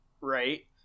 right